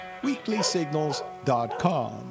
weeklysignals.com